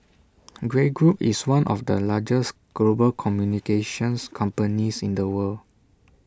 Grey Group is one of the largest global communications companies in the world